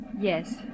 Yes